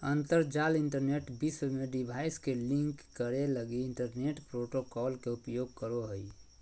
अंतरजाल इंटरनेट विश्व में डिवाइस के लिंक करे लगी इंटरनेट प्रोटोकॉल के उपयोग करो हइ